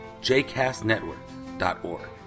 jcastnetwork.org